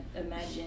imagine